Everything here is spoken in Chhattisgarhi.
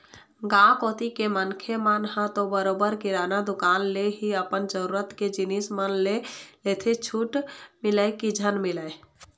गाँव कोती के मनखे मन ह तो बरोबर किराना दुकान ले ही अपन जरुरत के जिनिस मन ल लेथे छूट मिलय की झन मिलय